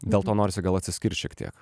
dėl to norisi gal atsiskirt šiek tiek